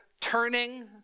turning